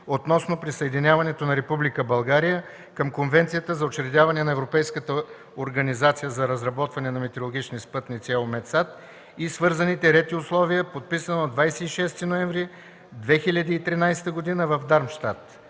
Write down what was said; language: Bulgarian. относно присъединяването на Република България към Конвенцията за учредяване на Европейската организация за разработване на метеорологични спътници (EUMETSAT) и свързаните ред и условия, подписано на 26 ноември 2013 г. в Дармщат.